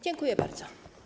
Dziękuję bardzo.